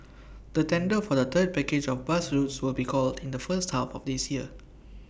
the tender for the third package of bus routes will be called in the first half of this year